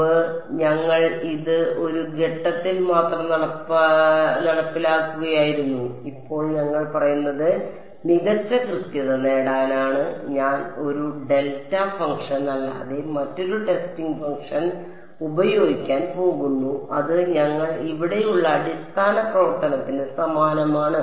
മുമ്പ് ഞങ്ങൾ ഇത് ഒരു ഘട്ടത്തിൽ മാത്രം നടപ്പിലാക്കുകയായിരുന്നു ഇപ്പോൾ ഞങ്ങൾ പറയുന്നത് മികച്ച കൃത്യത നേടാനാണ് ഞാൻ ഒരു ഡെൽറ്റ ഫംഗ്ഷൻ അല്ലാതെ മറ്റൊരു ടെസ്റ്റിംഗ് ഫംഗ്ഷൻ ഉപയോഗിക്കാൻ പോകുന്നു അത് ഞങ്ങൾ ഇവിടെയുള്ള അടിസ്ഥാന പ്രവർത്തനത്തിന് സമാനമാണ്